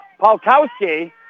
Polkowski